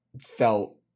felt